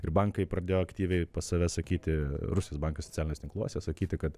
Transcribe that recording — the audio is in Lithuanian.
ir bankai pradėjo aktyviai pas save sakyti rusijos bankas socialiniuos tinkluose sakyti kad